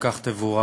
ועל כך תבורך.